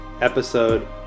episode